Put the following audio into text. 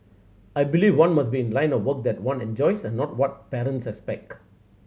I believe one must be in a line of work that one enjoys and not what parents expect